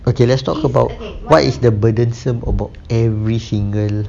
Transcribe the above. okay let's talk about what is the burdensome about every single